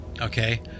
okay